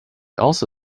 also